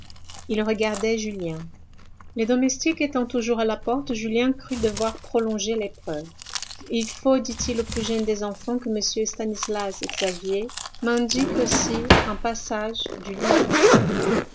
ils regardaient julien les domestiques étant toujours à la porte julien crut devoir prolonger l'épreuve il faut dit-il au plus jeune des enfants que m stanislas xavier m'indique aussi un passade du livre saint